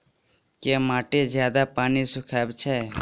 केँ माटि जियादा पानि सोखय छै?